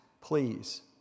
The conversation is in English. please